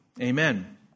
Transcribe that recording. Amen